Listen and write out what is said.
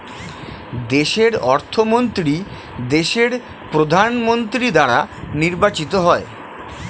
দেশের অর্থমন্ত্রী দেশের প্রধানমন্ত্রী দ্বারা নির্বাচিত হয়